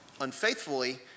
unfaithfully